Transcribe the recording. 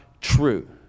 true